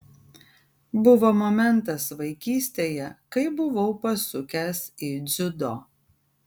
buvo momentas vaikystėje kai buvau pasukęs į dziudo